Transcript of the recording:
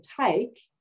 take